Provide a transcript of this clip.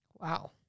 Wow